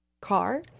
car